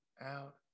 out